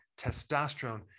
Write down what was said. testosterone